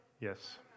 Yes